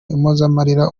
impozamarira